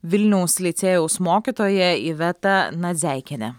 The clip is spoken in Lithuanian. vilniaus licėjaus mokytoją ivetą nadzeikienę